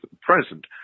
present